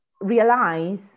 realize